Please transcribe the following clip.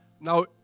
Now